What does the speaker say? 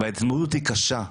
וההתמודדות היא קשה.